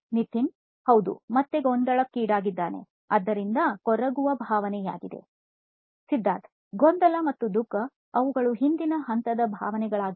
ನಿತಿನ್ ಹೌದು ಮತ್ತೆ ಗೊಂದಲಕ್ಕೀಡಾಗಿದೆ ಆದ್ದರಿಂದ ಕೊರಗುವ ಭಾವನೆ ಯಾಗಿದೆ ಸಿದ್ಧಾರ್ಥ್ ಗೊಂದಲ ಮತ್ತು ದುಃಖ ಅವುಗಳು ಹಿಂದಿನ ಹಂತದ ಭಾವನೆಗಳಾಗಿವೆ